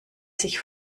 sich